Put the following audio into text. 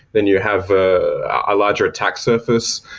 then you have a ah larger tax surface,